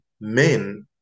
men